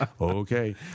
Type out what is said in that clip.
Okay